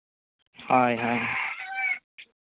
ᱦᱳᱭ ᱦᱳᱭ